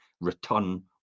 return